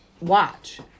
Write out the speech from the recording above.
watch